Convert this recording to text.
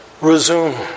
Resume